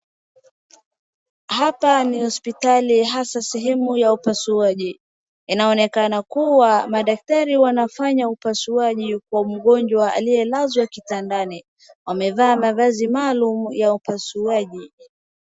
Hapa ni hospitali hasaa sehemu ya upasuaji. Inaonekana kuwa madaktari wanafanya upasuaji kwa mgonjwa aliye lazwa ya kitandani. Wamevaa mavazi maalum ya upasuaji.